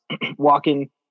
walking